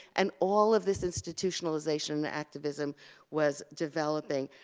and all of this institutionalization and activism was developing.